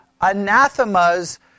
anathemas